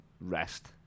rest